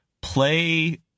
Play